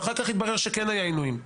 ואחר כך התברר שכן היו עינויים.